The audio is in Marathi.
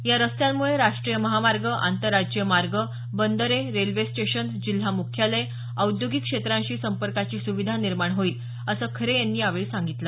या रस्त्यांमुळे राष्ट्रीय महामार्ग आंतरराज्यीय मार्ग बंदो रेल्वे स्टेशन जिल्हा मुख्यालय औद्योगिक क्षेत्रांशी संपर्काची सुविधा निर्माण होईल असं खरे यांनी यावेळी सांगितलं